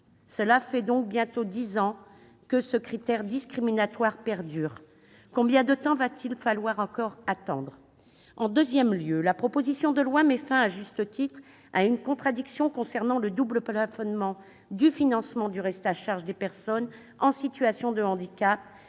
2010. Voilà donc bientôt dix ans que ce critère discriminatoire perdure. Combien de temps va-t-il falloir attendre encore ? Ensuite, la proposition de loi met fin, à juste titre, à une contradiction concernant le double plafonnement du financement du reste à charge des personnes en situation de handicap